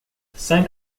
cinq